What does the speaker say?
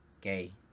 gay